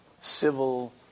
civil